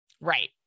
right